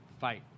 fight